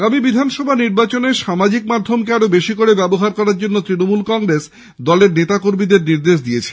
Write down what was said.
আগামী বিধানসভা নির্বাচনে সামাজিক মাধ্যমকে আরও বেশি করে ব্যবহরা করার জন্য তৃণমূল কংগ্রেস দলের নেতা কর্মীদের নির্দেশ দিয়েছে